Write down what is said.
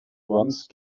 once